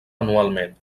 anualment